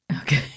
Okay